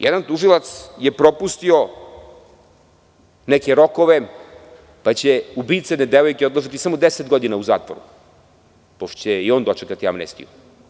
Jedan tužilacje propustio neke rokove pa će ubice jedne devojke odležati samo deset godina u zatvoru, pošto će i on dočekati amnestiju.